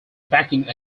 backing